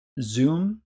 Zoom